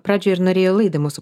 pradžioj ir norėjau laidą mūsų